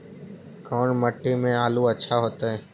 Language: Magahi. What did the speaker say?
कोन मट्टी में आलु अच्छा होतै?